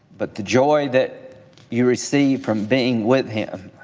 but the joy that you received from being with him